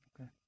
Okay